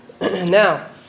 Now